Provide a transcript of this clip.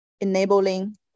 enabling